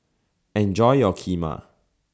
Enjoy your Kheema